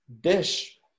dish